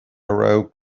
raibh